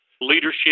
leadership